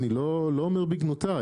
אני לא אומר בגנותה,